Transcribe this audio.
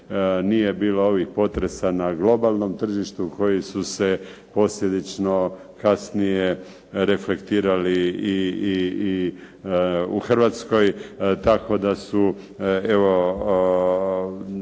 nije bilo ovih potresa na globalnom tržištu koji su se posljedično kasnije reflektirali i u Hrvatskoj tako da su evo